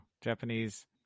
Japanese